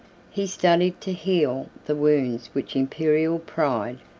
he studied to heal the wounds which imperial pride,